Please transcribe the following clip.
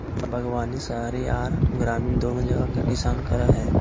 बागवानी शहरी आर ग्रामीण दोनो जगह के किसान करई हई,